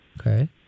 okay